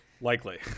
Likely